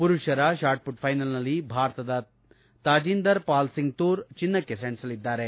ಪುರುಷರ ಶಾಟ್ಮೂಟ್ ಫೈನಲ್ನಲ್ಲಿ ಭಾರತದ ತಾಜಿಂಧರ್ ಪಾಲ್ಒಂಗ್ ತೂರ್ ಚಿನ್ನಕ್ಕೆ ಸೆಣಸಲಿದ್ದಾರೆ